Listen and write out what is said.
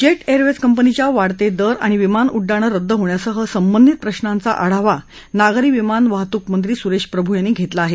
jet Airways कंपनीच्या वाढते दर आणि विमान उड्डाणं रद्द होण्यासह संबंधित प्रश्रांचा आढावा नागरी विमान वाहतूक मंत्री सुरेश प्रभू यांनी घेतला आहे